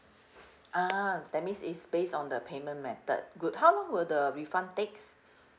ah that means it's based on the payment method good how long will the refund takes